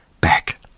back